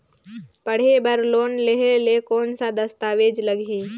पढ़े बर लोन लहे ले कौन दस्तावेज लगही?